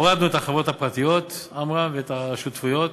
הורדנו את החברות הפרטיות ואת השותפויות